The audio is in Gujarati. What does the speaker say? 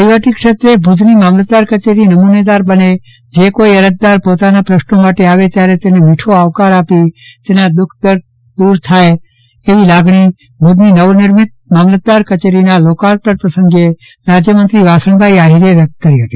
વહીવટીક્ષેત્રે ભુજની મામલતદાર કચેરી નમૂનેદાર બને જે કોઇ અરજદાર પોતાના પ્રશ્નો માટે આવે ત્યારે તેને મીઠો આવકાર આપી તેના દુઃખ દર્દ દૂર થાય એવી લાગણી ભુજની નવનિર્મિત મામલતદાર કચેરીનાં લોકાર્પણ પ્રસંગે રાજ્યમંત્રીશ્રી વાસણભાઈ આહિરે વ્યકત કરી હતી